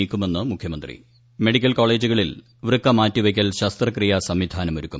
നീക്കുമെന്ന് മുഖ്യമന്ത്രി മെഡിക്കൽ കോളേജുകളിൽ വൃക്കമാറ്റിവെയ്ക്കൽ ശസ്ത്രക്രിയാ സംവിധാനം ഒരുക്കും